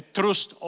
trust